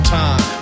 time